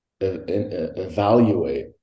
evaluate